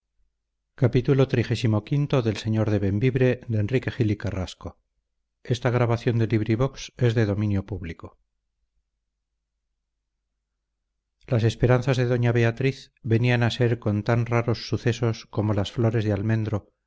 señor las esperanzas de doña beatriz venían a ser con tan raros sucesos como las flores del almendro